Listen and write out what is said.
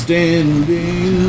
Standing